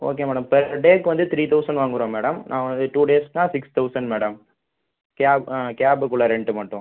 okay madam per டேக்கு வந்து three thousand வாங்குறோம் மேடம் நான் வந்து டூ டேஸ்னா six thousand madam cab ah கேபுக்கு உள்ள ரெண்ட்டு மட்டும்